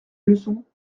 leçon